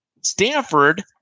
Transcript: Stanford